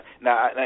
now